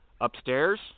Upstairs